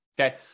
Okay